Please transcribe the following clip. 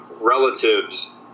relatives